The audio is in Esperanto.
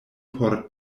por